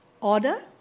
Order